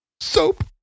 soap